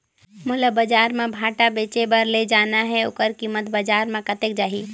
मोला बजार मां भांटा बेचे बार ले जाना हे ओकर कीमत बजार मां कतेक जाही?